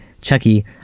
Chucky